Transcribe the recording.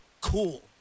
cool